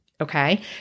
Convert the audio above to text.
Okay